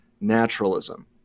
naturalism